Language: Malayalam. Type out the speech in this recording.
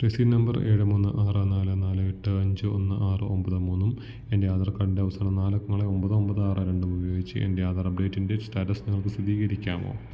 രസീത് നമ്പർ ഏഴ് മൂന്ന് ആറ് നാല് നാല് എട്ട് അഞ്ച് ഒന്ന് ആറ് ഒമ്പത് മൂന്നും എൻ്റെ ആധാർ കാർഡിൻ്റെ അവസാന നാല് അക്കങ്ങളായ ഒമ്പത് ഒമ്പത് ആറ് രണ്ടും ഉപയോഗിച്ച് എൻ്റെ ആധാർ അപ്ഡേറ്റിൻ്റെ സ്റ്റാറ്റസ് നിങ്ങൾക്ക് സ്ഥിരീകരിക്കാമോ